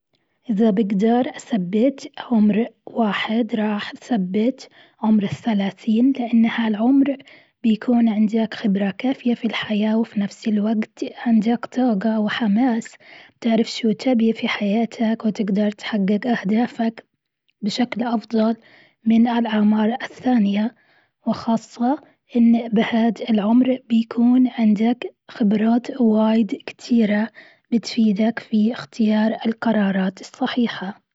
إذا بقدر أثبت عمر واحد راح أثبت عمر الثلاثين لان هالعمر بيكون عندك خبرة كافية في الحياة وفي نفس الوقت عندك طاقة وحماس بتعرف شو تبي في حياتك وتقدر تحقق أهدافك بشكل أفضل من الأعمار الثانية، وخاصة أن بهذى العمر بيكون عندك خبرات واجد كثيرة بتفيدك في القرارات الصحيحة.